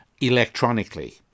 electronically